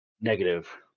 Negative